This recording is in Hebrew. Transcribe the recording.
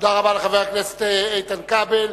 תודה רבה לחבר הכנסת איתן כבל.